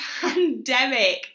pandemic